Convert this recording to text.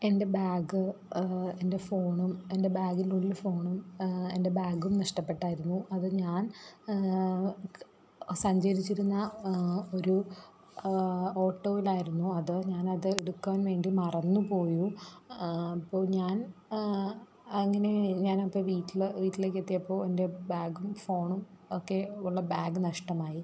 എൻ്റെ ബാഗ് എൻ്റെ ഫോണും എൻ്റെ ബാഗിൻറ്റുള്ളിൽ ഫോണും എൻ്റെ ബാഗും നഷ്ടപ്പെട്ടായിരുന്നു അത് ഞാൻ സഞ്ചരിച്ചിരുന്ന ഒരു ഓട്ടോയിലായിരുന്നു അത് ഞാനത് എടുക്കാൻ വേണ്ടി മറന്നുപോയോ അപ്പോൾ ഞാൻ അങ്ങനെ ഞാനപ്പോൾ വീട്ടിൽ വീട്ടിലേക്കെത്തിയപ്പോൾ എൻ്റെ ബാഗും ഫോണും ഒക്കെ ഉള്ള ബാഗ് നഷ്ടമായി